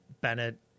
Bennett